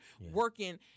working